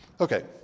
Okay